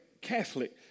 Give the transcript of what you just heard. Catholic